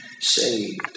saved